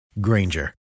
Granger